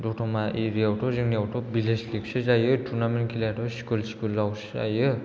दतमा एरिया आवथ' जोंनियावथ' भिलेज लिगसो जायो टुर्नामेन्त खेलायाथ' स्कुलावसो जायो